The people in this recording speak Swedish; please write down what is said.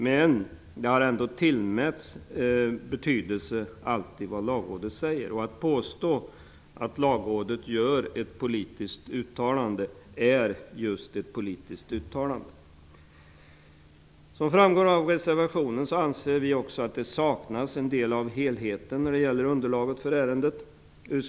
Men vad Lagrådet säger har ändå alltid tillmäts betydelse. Att påstå att Lagrådet gör ett politiskt uttalande är just ett politiskt uttalande. Som framgår av reservationen anser vi också att en del av helheten saknas när det gäller underlaget för ärendet.